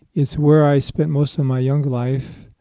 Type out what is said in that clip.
it's where i spent most of my young life.